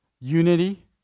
unity